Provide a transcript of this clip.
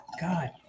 God